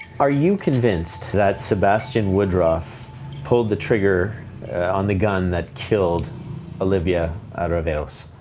are you convinced that sebastian woodroffe pulled the trigger on the gun that killed olivia arevalos?